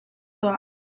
tuah